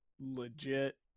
legit